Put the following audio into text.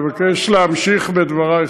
אני מבקש להמשיך בדברי,